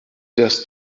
das